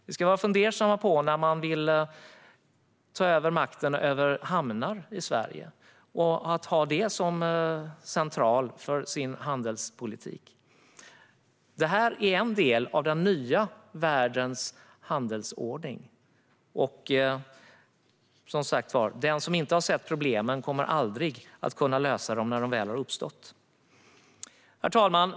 Vi bör bli fundersamma när någon vill ta över makten över hamnar i Sverige och ha det som central för sin handelspolitik. Detta är en del av världens nya handelsordning. Den som inte har sett problemen kommer aldrig att kunna lösa dem när de väl har uppstått. Herr talman!